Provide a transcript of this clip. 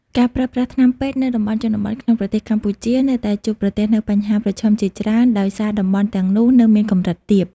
ការប្រើប្រាស់ថ្នាំពេទ្យនៅតំបន់ជនបទក្នុងប្រទេសកម្ពុជា នៅតែជួបប្រទះនូវបញ្ហាប្រឈមជាច្រើន ដោយសារតំបន់ទាំងនោះនៅមានកម្រិតទាប។